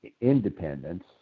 independence